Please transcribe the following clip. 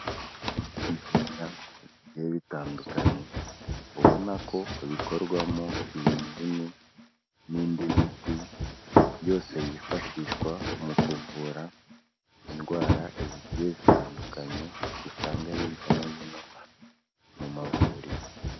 Ibimera bigiye bitandukanye ubona ko bikorwamo ibinini n'indi miti yose yifashishwa mu kuvura indwara zigiye zitandukanye dusanga hirya no hino mu mavuriro.